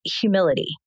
humility